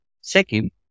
Second